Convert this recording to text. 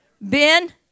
Ben